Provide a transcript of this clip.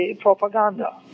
propaganda